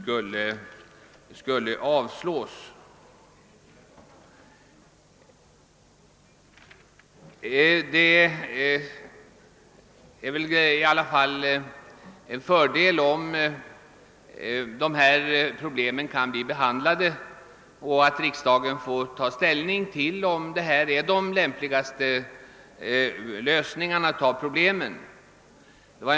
Det är väl i alla fall en fördel om riksdagen nu får ta ställning till huruvida de lösningar som föreslås är de lämpligaste lösningarna av de problem som behandlas i detta sammanhang.